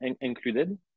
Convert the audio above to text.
included